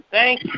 Thank